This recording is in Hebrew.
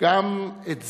----- לפרסם ----- גם את זה: